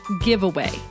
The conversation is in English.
giveaway